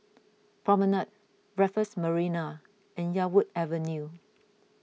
Promenade Raffles Marina and Yarwood Avenue